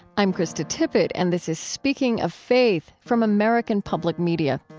i'm krista tippett and this is speaking of faith from american public media.